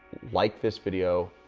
like this video,